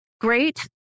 great